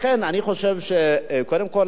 לכן אני חושב שקודם כול,